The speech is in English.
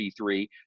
G3